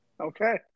Okay